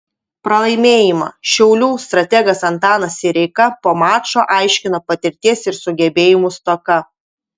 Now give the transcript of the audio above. pralaimėjimą šiaulių strategas antanas sireika po mačo aiškino patirties ir sugebėjimų stoka